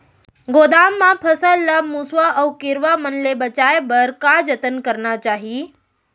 गोदाम मा फसल ला मुसवा अऊ कीरवा मन ले बचाये बर का जतन करना चाही?